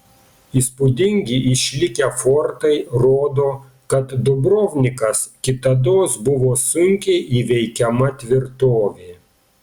įspūdingi išlikę fortai rodo kad dubrovnikas kitados buvo sunkiai įveikiama tvirtovė